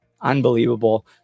Unbelievable